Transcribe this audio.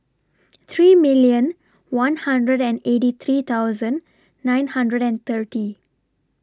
three million one hundred and eighty three thousand nine hundred and thirty